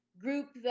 group